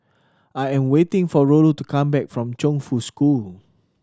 I am waiting for Rollo to come back from Chongfu School